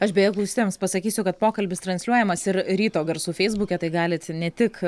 aš beje klausytojams pasakysiu kad pokalbis transliuojamas ir ryto garsų feisbuke tai galit ne tik